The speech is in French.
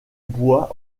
bois